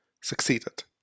succeeded